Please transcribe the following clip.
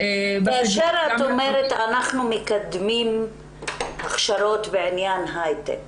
כאשר את אומרת: אנחנו מקדמים הכשרות בעניין הייטק,